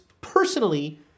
personally